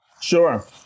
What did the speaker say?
Sure